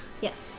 yes